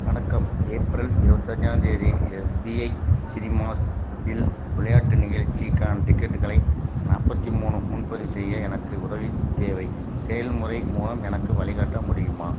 வணக்கம் ஏப்ரல் இருபத்தஞ்சாந்தேதி SBI cinemas இல் விளையாட்டு நிகழ்ச்சிக்கான டிக்கெட்டுகளை நாற்பத்தி மூணு முன்பதிவு செய்ய எனக்கு உதவி தேவை செயல்முறை மூலம் எனக்கு வழிகாட்ட முடியுமா